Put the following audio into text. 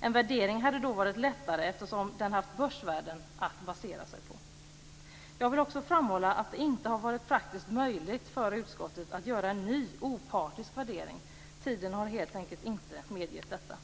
En värdering hade då varit lättare eftersom den haft börsvärden att basera sig på. Jag vill också framhålla att det inte har varit praktiskt möjligt för utskottet att låta göra en ny opartisk värdering. Tiden har helt enkelt inte medgett detta.